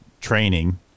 training